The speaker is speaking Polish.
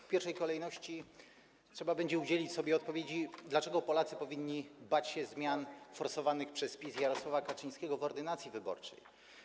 W pierwszej kolejności trzeba będzie udzielić sobie odpowiedzi, dlaczego Polacy powinni bać się zmian forsowanych przez PiS i Jarosława Kaczyńskiego w ordynacji wyborczej.